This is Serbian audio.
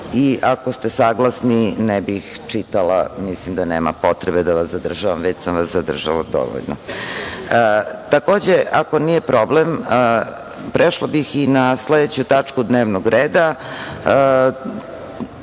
i ako ste saglasni ne bih čitala, mislim da nema potrebe da vas zadržavam, već sam vas zadržala dovoljno. Takođe, ako nije problem, prešla bih i na sledeću tačku dnevnog reda,